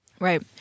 Right